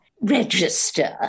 Register